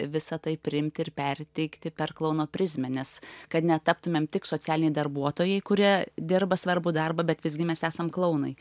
visa tai priimti ir perteikti per klouno prizmę nes kad netaptumėm tik socialiniai darbuotojai kurie dirba svarbų darbą bet visgi mes esam klounai